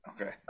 Okay